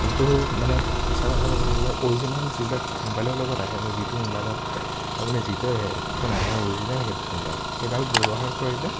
কিন্তু মানে সঁচা কথা ক'বলৈ গ'লে অৰিজিনেল যিবিলাক মোবাইলৰ লগত আহে মই যিটো ম'বাইলত আপুনি যিডাল হেডফোন আহে অৰিজিনেল হেডফোনডাল সেইডাল ব্যৱহাৰ কৰিলে